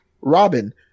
robin